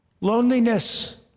Loneliness